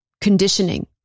conditioning